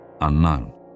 unknown